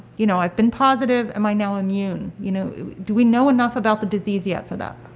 you know i've been positive am i now immune? you know do we know enough about the disease yet for that?